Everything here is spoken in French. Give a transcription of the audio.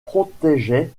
protégeaient